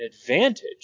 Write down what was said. advantage